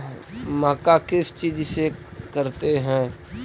मक्का किस चीज से करते हैं?